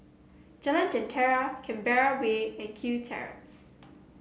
Jalan Jentera Canberra Way and Kew Terrace